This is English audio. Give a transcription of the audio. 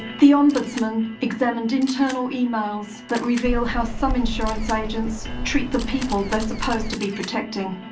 the ombudsman examined internal emails that reveal how some insurance agents treat the people they're supposed to be protecting.